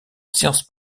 sciences